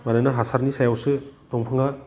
मानोना हासारनि सायावसो दंफाङा